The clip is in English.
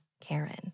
Karen